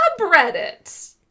subreddit